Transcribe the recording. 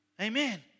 Amen